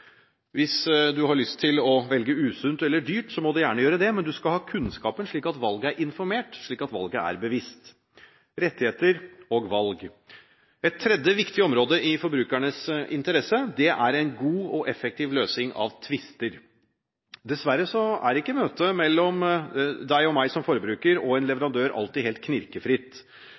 Hvis man har lyst til å velge usunt eller dyrt, må man gjerne gjøre det, men man skal ha kunnskapen, slik at valget er informert, slik at valget er bevisst. Et tredje viktig område i forbrukerens interesse er en god og effektiv løsning av tvister. Dessverre er ikke møtet mellom deg og meg som forbrukere, og en leverandør alltid helt knirkefritt.